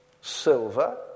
silver